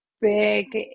big